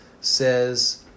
says